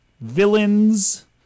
villains